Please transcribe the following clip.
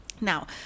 now